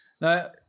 Now